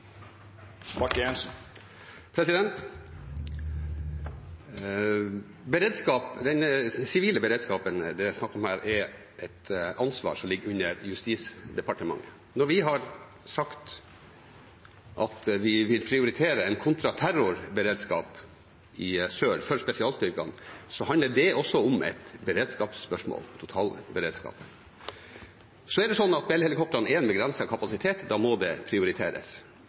Den sivile beredskapen det er snakk om her, er et ansvarsområde som ligger under Justisdepartementet. Når vi har sagt at vi vil prioritere en kontraterrorberedskap for spesialstyrkene i sør, handler det også om et beredskapsspørsmål, totalberedskapen. Så er det sånn at Bell-helikoptrene er en begrenset kapasitet, og da må det prioriteres.